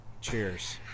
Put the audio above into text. Cheers